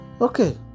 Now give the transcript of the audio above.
Okay